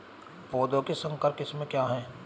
पौधों की संकर किस्में क्या हैं?